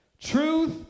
Truth